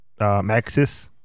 Maxis